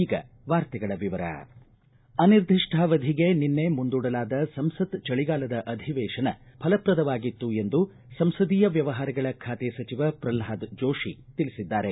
ಈಗ ವಾರ್ತೆಗಳ ವಿವರ ಅನಿರ್ಧಿಷ್ಟಾವಧಿಗೆ ನಿನ್ನೆ ಮುಂದೂಡಲಾದ ಸಂಸತ್ ಚಳಿಗಾಲದ ಅಧಿವೇಶನ ಫಲಪ್ರದವಾಗಿತ್ತು ಎಂದು ಸಂಸದೀಯ ವ್ನವಹಾರಗಳ ಖಾತೆ ಸಚಿವ ಪ್ರಲ್ಪಾದ ಜೋತಿ ತಿಳಿಸಿದ್ದಾರೆ